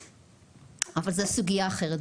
אבל זו סוגייה אחרת,